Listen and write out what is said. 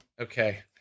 okay